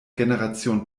generation